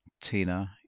Tina